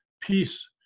peace